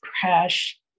crash